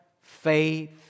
faith